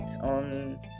on